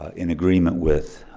in agreementment with.